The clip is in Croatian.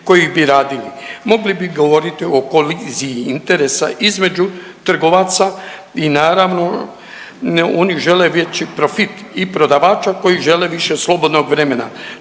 kojih bi radili. Mogli bi govoriti o koliziji interesa između trgovaca i naravno oni žele vječit profit i prodavača koji žele više slobodnog vremena.